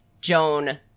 Joan